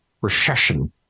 Recession